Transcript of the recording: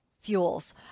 fuels